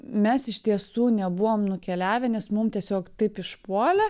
mes iš tiesų nebuvom nukeliavę nes mum tiesiog taip išpuolė